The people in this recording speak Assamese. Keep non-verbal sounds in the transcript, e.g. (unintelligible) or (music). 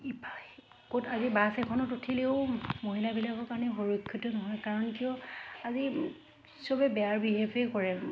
(unintelligible) ক'ত আজি বাছ এখনত উঠিলেও মহিলাবিলাকৰ কাৰণে সুৰক্ষিত নহয় কাৰণ কিয় আজি চবেই বেয়া বিহেভেই কৰে